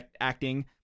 acting